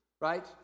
right